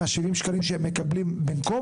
שבמסגרתה הן יקבלו מעט יותר מה-70 ₪ שהן מקבלות בין כה